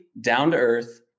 down-to-earth